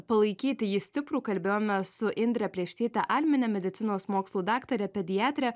palaikyti jį stiprų kalbėjome su indre plėštyte almine medicinos mokslų daktare pediatre